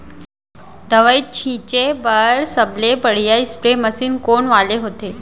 दवई छिंचे बर सबले बढ़िया स्प्रे मशीन कोन वाले होथे?